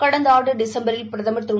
கடந்தஆண்டுடிசம்பரில் பிரதமர் திரு